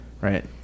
right